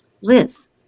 Liz